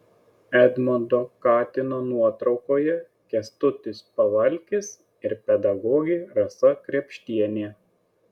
edmundo katino nuotraukoje kęstutis pavalkis ir pedagogė rasa krėpštienė